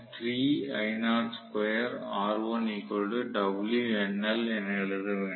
நான் என எழுத வேண்டும்